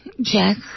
Jack